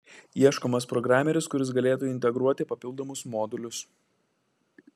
ieškomas programeris kuris galėtų integruoti papildomus modulius